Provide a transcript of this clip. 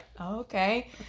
Okay